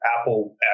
Apple